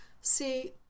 See